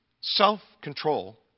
self-control